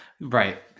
Right